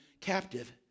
captive